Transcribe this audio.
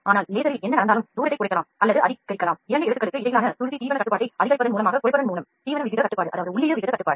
ஆனால் லேசரில் இடைவெளியைக் குறைக்கலாம் அல்லது அதிகரிக்கலாம் இரண்டு எழுத்துக்களுக்கு இடையிலான இடைவெளியைத் தீவன கட்டுப்பாட்டை அதிகரிப்பதன் மூலமும் குறைப்பதன் மூலமும் மாற்றலாம்